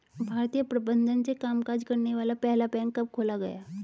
भारतीय प्रबंधन से कामकाज करने वाला पहला बैंक कब खोला गया?